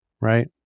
right